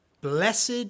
Blessed